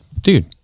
Dude